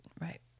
Right